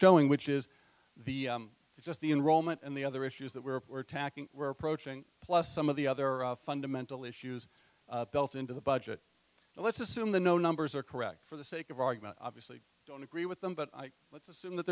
showing which is the just the enrollment and the other issues that we were attacking were approaching plus some of the other fundamental issues built into the budget let's assume the no numbers are correct for the sake of argument obviously i don't agree with them but i let's assume that